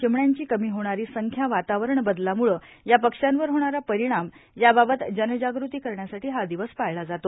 चिमण्यांची कमी होणारी संख्या वातावरण बदलामुळे या पक्ष्यांवर होणारा परिणाम या बाबत जनजागृती करण्यासाठी हा दिवस पळाला जातो